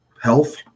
health